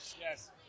Yes